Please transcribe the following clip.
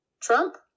Trump